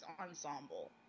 ensemble